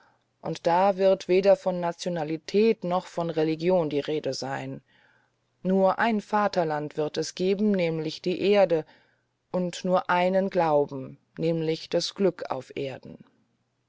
und da wird weder von nationalität noch von religion die rede sein nur ein vaterland wird es geben nämlich die erde und nur einen glauben nämlich das glück auf erden